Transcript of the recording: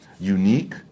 unique